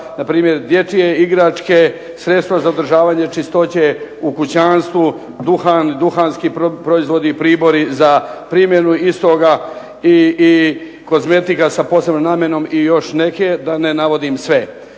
na primjer dječje igračke, sredstva za održavanje čistoće u kućanstvu, duhan, duhanski proizvodi, pribori za primjenu i stoga i kozmetika sa posebnom namjenom i još neke da ne navodim sve.